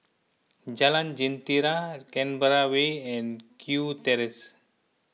Jalan Jentera Canberra Way and Kew Terrace